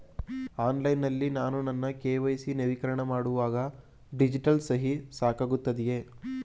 Online ನಲ್ಲಿ ನಾನು ನನ್ನ ಕೆ.ವೈ.ಸಿ ನವೀಕರಣ ಮಾಡುವಾಗ ಡಿಜಿಟಲ್ ಸಹಿ ಸಾಕಾಗುತ್ತದೆಯೇ?